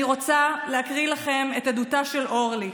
אני רוצה לקרוא לכם את עדותה של אורלי,